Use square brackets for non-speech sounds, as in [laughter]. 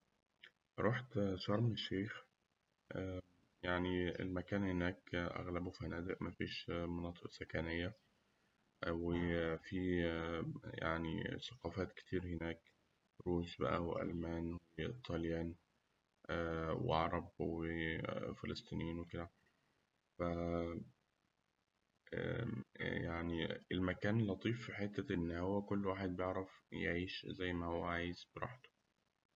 رحت شرم الشيخ، يعني المكان هناك أغلبه فنادق مفيش مناطق سكنية، وفيه ثقافات كتير هناك، روس بقى وألمان وغيره، وطليان، وعرب و [hesitation] وفلسطنين وكده ف [hesitation] يعني المكان لطيف في حتة إن هو كل واحد بيعرف يعيش زي ما هو عايز براحته.